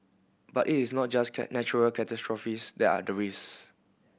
but it is not just natural catastrophes that are